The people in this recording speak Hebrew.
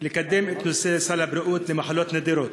לקדם את נושא סל הבריאות למחלות נדירות.